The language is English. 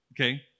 okay